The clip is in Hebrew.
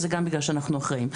זה גם בגלל שאנחנו אחראים.